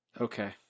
Okay